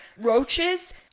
Roaches